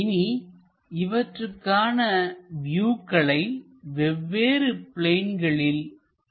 இனி இவற்றுக்கான வியூக்களை வெவ்வேறு பிளேன்களில் ப்ரோஜெக்ட் செய்யலாம்